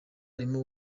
arimo